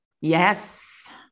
Yes